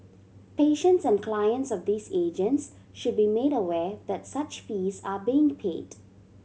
patients and clients of these agents should be made aware that such fees are being paid